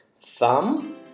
thumb